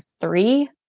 three